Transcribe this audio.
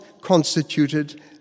constituted